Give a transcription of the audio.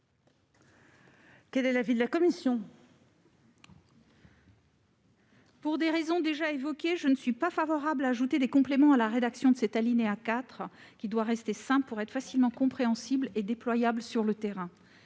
Quel est l'avis de la commission ? Pour des raisons déjà évoquées, je ne suis pas favorable à ce que nous complétions la rédaction de l'alinéa 4. Celui-ci doit rester simple pour être facilement compréhensible en vue du déploiement, sur le terrain,